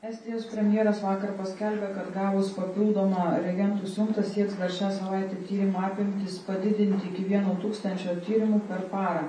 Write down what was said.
estijos premjeras vakar paskelbė kad gavus papildomą reagentų siuntą sieks dar šią savaitę tyrimų apimtis padidinti iki vieno tūkstančio tyrimų per parą